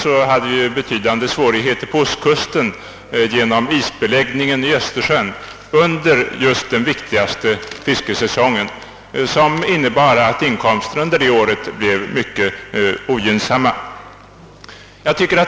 Förra året hade vi betydande svårigheter på ostkusten genom isbeläggningen i Östersjön under den viktigaste fiskesäsongen, vilket innebar att inkomsterna detta år blev mycket otillfredsställande.